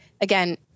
again